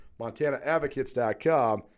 MontanaAdvocates.com